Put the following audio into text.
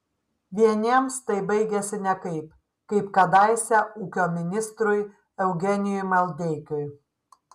vieniems tai baigiasi nekaip kaip kadaise ūkio ministrui eugenijui maldeikiui